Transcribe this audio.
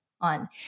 on